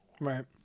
Right